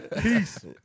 Peace